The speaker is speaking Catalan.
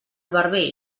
barber